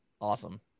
Awesome